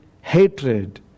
hatred